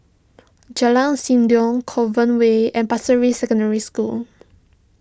Jalan Sindor Clover Way and Pasir Ris Secondary School